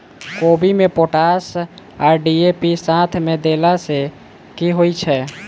कोबी मे पोटाश आ डी.ए.पी साथ मे देला सऽ की होइ छै?